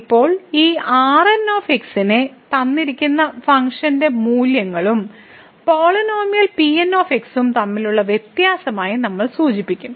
ഇപ്പോൾ ഈ Rn നെ തന്നിരിക്കുന്ന ഫംഗ്ഷന്റെ മൂല്യങ്ങളും പോളിനോമിയൽ Pn ഉം തമ്മിലുള്ള വ്യത്യാസമായി നമ്മൾ സൂചിപ്പിക്കും